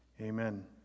amen